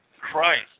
Christ